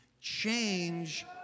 Change